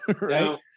right